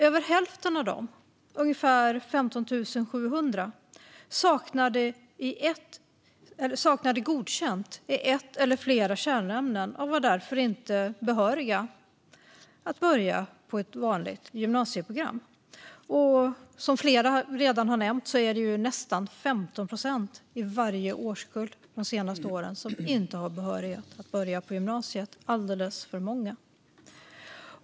Över hälften av dem, ungefär 15 700, saknade godkänt betyg i ett eller flera kärnämnen och var därför inte behöriga att börja på ett vanligt gymnasieprogram. Som flera redan har nämnt är det nästan 15 procent av varje årskull de senaste åren som inte har behörighet att börja på gymnasiet. Det är alldeles för många.